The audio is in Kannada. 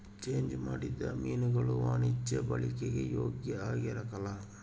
ಚೆಂಜ್ ಮಾಡಿದ ಮೀನುಗುಳು ವಾಣಿಜ್ಯ ಬಳಿಕೆಗೆ ಯೋಗ್ಯ ಆಗಿರಕಲ್ಲ